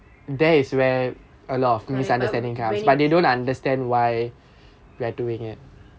but but when it